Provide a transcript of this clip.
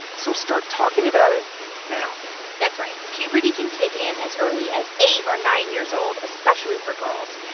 so start talking about it now that's right. puberty can kick in as early as eight or nine years old, especially for girls.